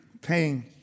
Pain